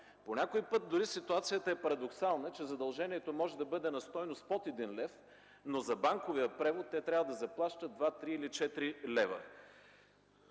По някой път ситуацията е парадоксална – задължението може да бъде на стойност под 1 лв., но за банковия превод те трябва да заплатят 2, 3 или 4 лв.